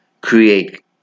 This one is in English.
create